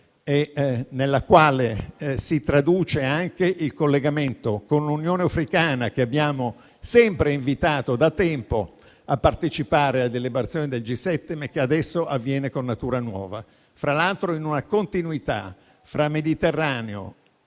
nella quale si traduce anche il collegamento con l'Unione africana, che abbiamo sempre invitato da tempo a partecipare al G7, che adesso avviene con una nuova natura, fra l'altro in una continuità fra Mediterraneo,